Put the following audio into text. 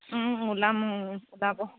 ওলাম যাব